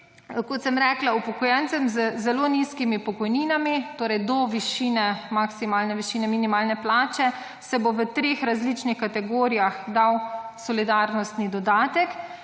kot sem rekla, upokojencem z zelo nizkimi pokojninami, torej do višine maksimalne višine minimalne plače se bo v treh različnih kategorijah dal solidarnostni dodatek